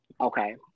okay